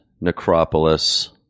necropolis